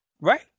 right